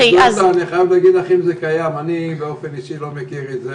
אם זה קיים, אני באופן אישי לא מכיר את זה.